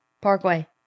parkway